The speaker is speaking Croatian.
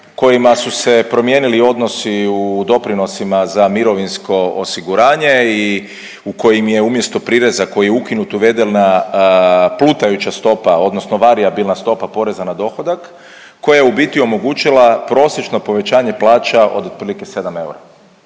kojima su se promijenili odnosi u doprinosima za mirovinsko osiguranje i u kojima je umjesto prireza koji je ukinut uvedena plutajuća stopa, odnosno varijabilna stopa poreza na dohodak koja je u biti omogućila prosječno povećanje plaća od otprilike 7 eura,